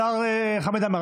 השר חמד עמאר,